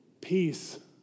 Peace